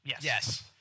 Yes